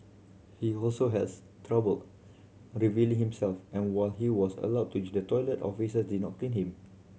he also has trouble relieving himself and while he was allowed to use the toilet officer did not clean him